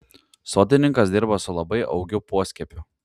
sodininkas dirba su labai augiu poskiepiu